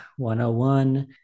101